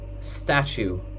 statue